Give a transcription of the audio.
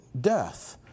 Death